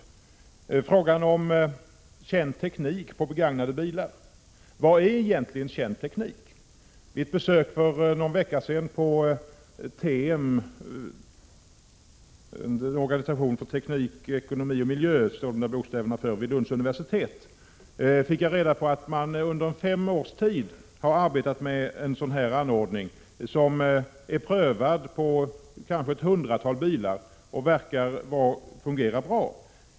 Beträffande frågan om känd teknik i fråga om begagnade bilar vill jag fråga: Vad är egentligen känd teknik? Vid ett besök för någon vecka sedan på TEM, en organisation för teknik, ekonomi och miljö vid Lunds universitet, fick jag reda på att man under fem års tid har arbetat med en anordning som är prövad på kanske ett hundratal bilar och verkar fungera bra.